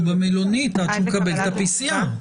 הוא במלונית עד שהוא יקבל את ה-PCR.